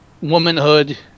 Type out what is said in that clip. womanhood